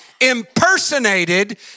impersonated